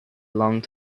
long